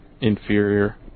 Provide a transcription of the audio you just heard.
inferior